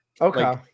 okay